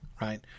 Right